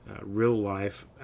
real-life